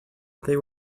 they